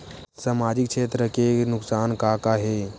सामाजिक क्षेत्र के नुकसान का का हे?